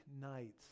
nights